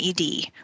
ED